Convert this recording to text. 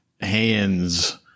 hands